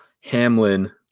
Hamlin